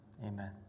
amen